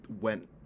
went